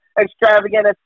extravagant